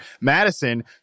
Madison